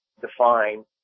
define